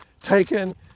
Taken